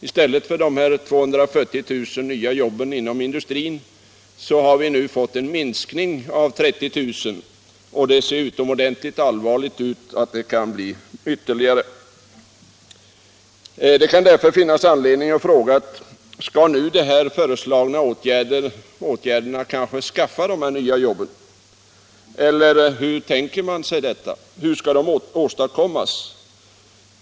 I stället för de 280 000 nya jobben inom industrin har vi fått en minskning med 30 000, och det hotar att bli en ännu större minskning. Därför kan det finnas anledning att fråga om de nu föreslagna åtgärderna kommer att skapa dessa nya jobb. Hur skall man annars göra för att lyckas med detta?